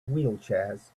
wheelchairs